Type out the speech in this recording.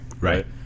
Right